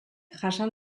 jasan